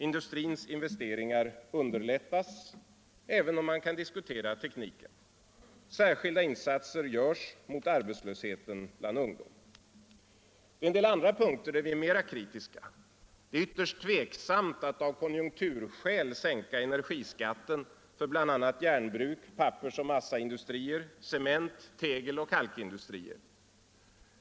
Industrins investeringar underlättas — även om man kan diskutera tekniken. Särskilda insatser görs mot arbetslösheten bland ungdom. På en del andra punkter är vi mer kritiska. Det är ytterst tveksamt att av konjunkturskäl sänka energiskatten för bl.a. järnbruk, pappersoch massaindustrier, cement-, tegeloch kalkindustrier.